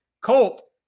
Colt